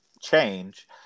change